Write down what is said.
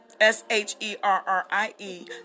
S-H-E-R-R-I-E